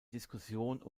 diskussion